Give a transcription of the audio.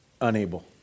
unable